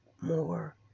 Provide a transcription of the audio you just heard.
more